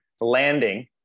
landing